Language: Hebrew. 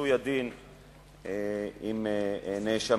ומיצוי הדין עם נאשמים.